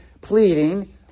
pleading